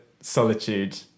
solitude